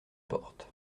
porte